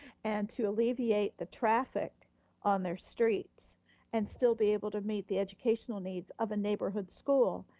and to alleviate the traffic on their streets and still be able to meet the educational needs of a neighborhood school,